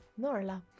Norla